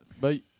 Bye